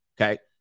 okay